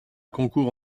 concourt